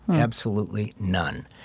absolutely none.